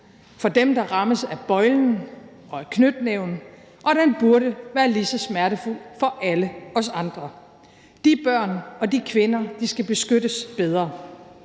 for dem, der rammes af bøjlen og af knytnæven, og den burde være lige så smertefuld for alle os andre. De børn og de kvinder skal beskyttes bedre.